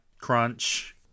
Crunch